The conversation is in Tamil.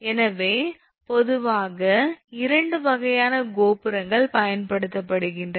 எனவே பொதுவாக இரண்டு வகையான கோபுரங்கள் பயன்படுத்தப்படுகின்றன